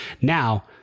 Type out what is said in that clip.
now